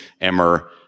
Emmer